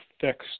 fixed